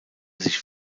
sich